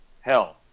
hell